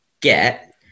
get